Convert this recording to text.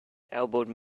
elbowed